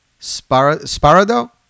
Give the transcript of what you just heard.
Sparado